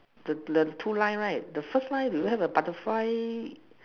the the two line right the first line do you have a butterfly